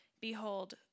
Behold